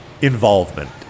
involvement